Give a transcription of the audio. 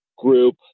group